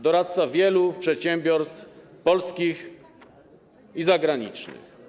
Doradca wielu przedsiębiorstw polskich i zagranicznych.